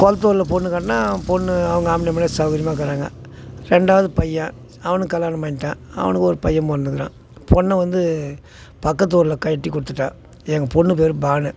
கொளத்தூரில் பொண்ணு கட்டினேன் பொண்ணு அவங்க ஆம்படையான் கூட சவுகரியமா இருக்கிறாங்க ரெண்டாவது பையன் அவனுக்கும் கல்யாணம் பண்ணிட்டேன் அவனுக்கும் ஒரு பையன் பிறந்துருக்கான் பொண்ணு வந்து பக்கத்து ஊரில் கட்டி கொடுத்துட்டேன் எங்கள் பொண்ணு பேர் பானு